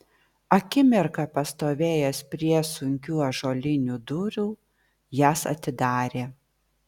akimirką pastovėjęs prie sunkių ąžuolinių durų jas atidarė